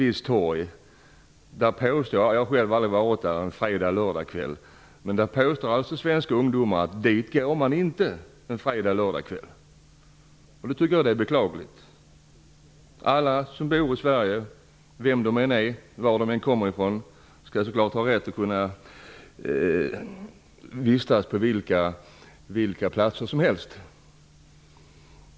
Svenska ungdomar påstår att de inte går till ett visst torg i centrum en fredag eller lördagkväll, vilket jag själv inte heller har gjort. Det tycker jag är beklagligt. Alla som bor i Sverige, vem de än är och varifrån de än kommer, skall ha rätt att kunna vistas på vilka platser som helst.